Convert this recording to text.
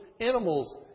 animals